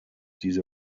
diese